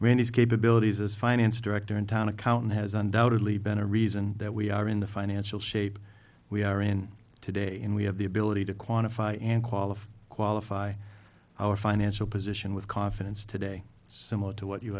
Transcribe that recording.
his capabilities as finance director in town accounting has undoubtedly been a reason that we are in the financial shape we are in today and we have the ability to quantify and qualify qualify our financial position with confidence today similar to what you